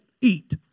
eat